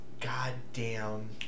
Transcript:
goddamn